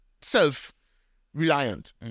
self-reliant